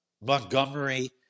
Montgomery